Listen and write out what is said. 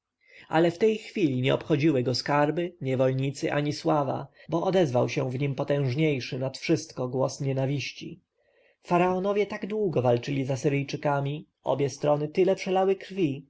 ale w tej chwili nie obchodziły go skarby niewolnicy ani sława bo odezwał się w nim potężniejszy nad wszystko głos nienawiści faraonowie tak długo walczyli z asyryjczykami obie strony tyle przelały krwi